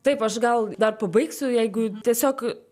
taip aš gal dar pabaigsiu jeigu tiesiog